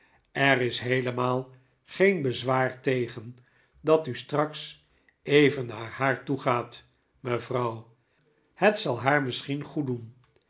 er is heelemaal geen bezwaar tegen dat u straks even naar haar toegaat mevrouw het zal haar misschien goeddoen